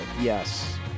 yes